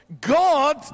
God